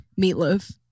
meatloaf